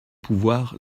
pouvoir